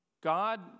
God